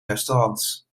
restaurants